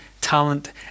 talent